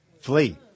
Flee